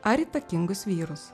ar įtakingus vyrus